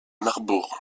marbourg